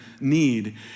need